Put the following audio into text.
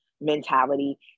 mentality